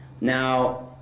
now